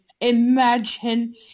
Imagine